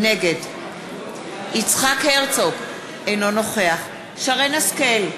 נגד יצחק הרצוג, אינו נוכח שרן השכל,